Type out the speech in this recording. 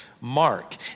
mark